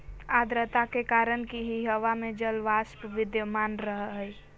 आद्रता के कारण ही हवा में जलवाष्प विद्यमान रह हई